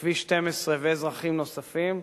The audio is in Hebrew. בכביש 12, ואזרחים נוספים.